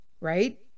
right